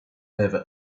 over